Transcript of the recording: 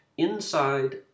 Inside